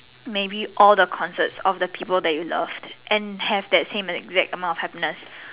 maybe all the concerts of the people that you love and have that same exact amount of happiness